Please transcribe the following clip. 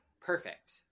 perfect